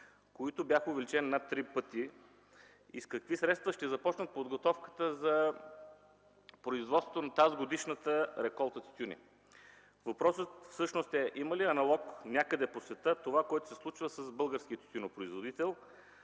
които бяха увеличени над три пъти, и с какви средства ще започнат подготовката за производството на тазгодишната реколта тютюни. Въпросът всъщност е: има ли аналог някъде по света на това, което се случва с българския тютюнопроизводител